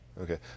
Okay